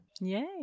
yay